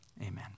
amen